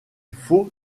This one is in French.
faut